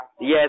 Yes